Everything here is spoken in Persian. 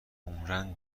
عمرا